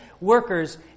workers